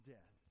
Death